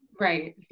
Right